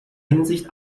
hinsicht